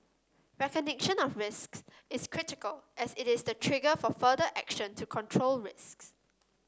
recognition of risks is critical as it is the trigger for further action to control risks